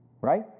Right